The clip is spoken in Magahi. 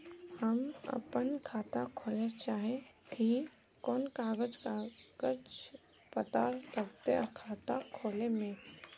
हम अपन खाता खोले चाहे ही कोन कागज कागज पत्तार लगते खाता खोले में?